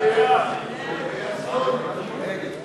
ההסתייגות של קבוצת